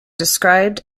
described